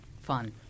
fun